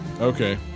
Okay